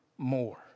More